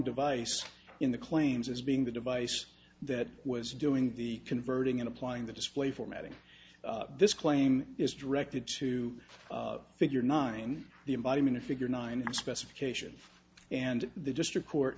device in the claims as being the device that was doing the converting in applying the display formatting this claim is directed to figure nine the environment a figure nine specification and the district court